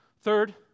Third